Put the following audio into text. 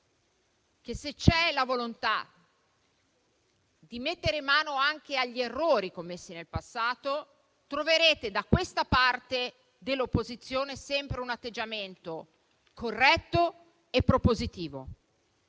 che, se c'è la volontà di mettere mano agli errori commessi nel passato, troverete sempre da questa parte dell'opposizione un atteggiamento corretto e propositivo.